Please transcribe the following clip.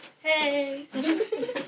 Hey